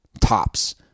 Tops